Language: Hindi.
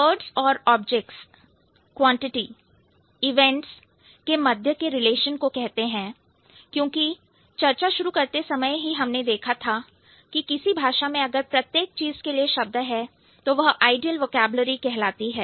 वर्ड्स और ऑब्जेक्ट्स क्वांटिटी इवेंट्स के मध्य के रिलेशन को कहते हैं क्योंकि चर्चा शुरू करते समय ही हमने देखा था कि किसी भाषा में अगर प्रत्येक चीज के लिए शब्द है तो वह आइडियल वोकैबलरी कहलाती है